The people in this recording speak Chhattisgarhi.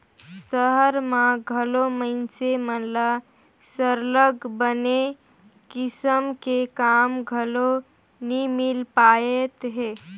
सहर में घलो मइनसे मन ल सरलग बने किसम के काम घलो नी मिल पाएत हे